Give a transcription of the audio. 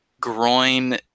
groin